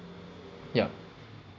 yup